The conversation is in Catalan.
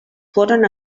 foren